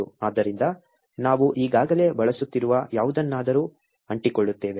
ಆದ್ದರಿಂದ ನಾವು ಈಗಾಗಲೇ ಬಳಸುತ್ತಿರುವ ಯಾವುದನ್ನಾದರೂ ಅಂಟಿಕೊಳ್ಳುತ್ತೇವೆ